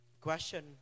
Question